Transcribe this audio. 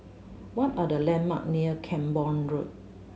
what are the landmarks near Camborne Road